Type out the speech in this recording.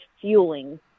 fueling